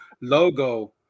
logo